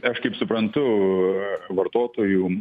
aš kaip suprantu vartotojų